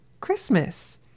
Christmas